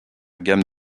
gamme